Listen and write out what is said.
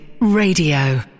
Radio